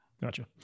gotcha